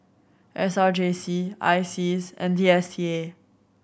S R J C I S E A S and D S T A